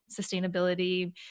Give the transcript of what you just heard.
sustainability